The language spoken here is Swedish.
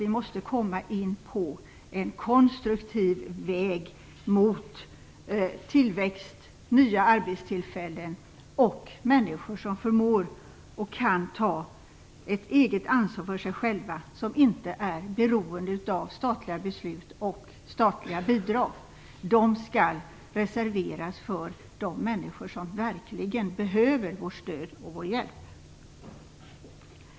Vi måste komma in på en konstruktiv väg mot tillväxt, mot nya arbetstillfällen och mot att människor förmår och kan ta ett eget ansvar för sig själva och inte är beroende av statliga beslut och statliga bidrag. Dessa skall reserveras för de människor som verkligen behöver vårt stöd och vår hjälp.